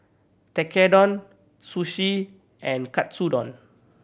Tekkadon Sushi and Katsudon